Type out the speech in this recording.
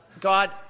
God